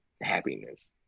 happiness